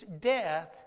death